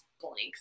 blanks